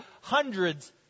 hundreds